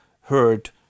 heard